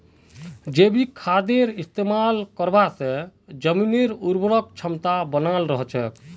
जैविक खादेर इस्तमाल करवा से जमीनेर उर्वरक क्षमता बनाल रह छेक